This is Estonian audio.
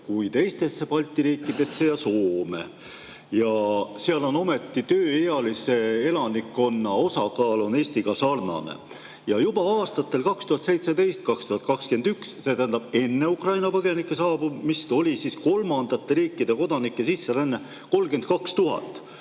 kui teistes Balti riikides ja Soomes. Ja seal on ometi tööealise elanikkonna osakaal Eesti omaga sarnane. Juba aastatel 2017–2021, see tähendab enne Ukraina põgenike saabumist, oli kolmandate riikide kodanike sisseränne 32 000,